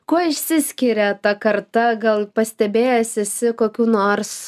kuo išsiskiria ta karta gal pastebėjęs esi kokių nors